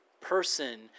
person